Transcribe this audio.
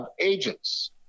agents